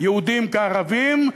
יהודים כערבים,